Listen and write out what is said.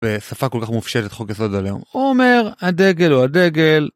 בשפה כל כך מופשטת חוק יסוד הלאום, הוא אומר הדגל הוא הדגל.